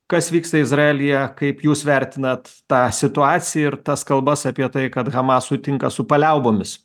kas vyksta izraelyje kaip jūs vertinat tą situaciją ir tas kalbas apie tai kad hamas sutinka su paliaubomis